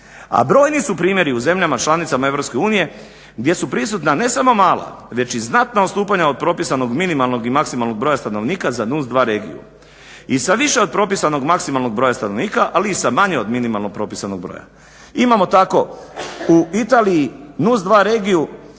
A brojni su primjeri u zemljama članicama Europske unije gdje su prisutna ne samo mala već i znatna odstupanja od propisanog minimalnog i maksimalnog broja stanovnika za NUC2 regiju. I sa više od propisanog maksimalnog broja stanovnika, ali i sa manje od minimalno propisanog broja. Imamo tako u Italiji NUC2 regiju